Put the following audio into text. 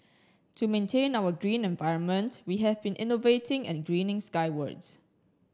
to maintain our green environment we have been innovating and greening skywards